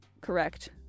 correct